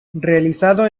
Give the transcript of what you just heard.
realizado